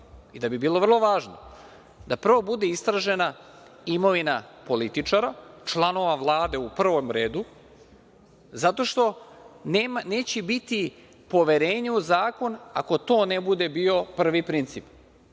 i da bi bilo vrlo važno da prvo bude istražena imovina političara, članova Vlade u prvom redu, zato što neće biti poverenja u zakon ako to ne bude prvi princip.